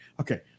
okay